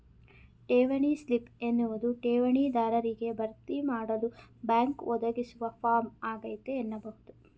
ಠೇವಣಿ ಸ್ಲಿಪ್ ಎನ್ನುವುದು ಠೇವಣಿ ದಾರರಿಗೆ ಭರ್ತಿಮಾಡಲು ಬ್ಯಾಂಕ್ ಒದಗಿಸುವ ಫಾರಂ ಆಗೈತೆ ಎನ್ನಬಹುದು